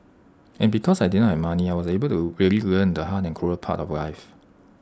and because I did not have money I was able to really learn the hard and cruel part of life